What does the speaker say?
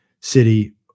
city